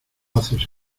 haces